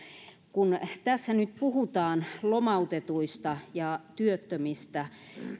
kun tässä nyt puhutaan lomautetuista ja työttömistä